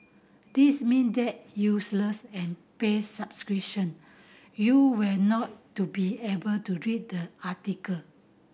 this mean that useless and pay subscription you will not to be able to read the article